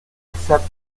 acceptance